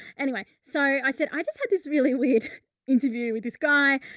anyway, so i said, i just had this really weird interview with this guy.